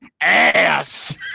ass